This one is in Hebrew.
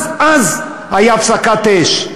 אז, הייתה הפסקת אש.